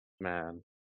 man